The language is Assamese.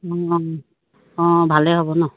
অঁ অঁ ভালেই হ'ব ন